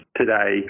today